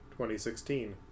2016